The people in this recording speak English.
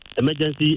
emergency